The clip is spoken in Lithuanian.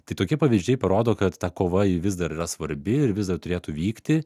tai tokie pavyzdžiai parodo kad ta kova ji vis dar yra svarbi ir vis dar turėtų vykti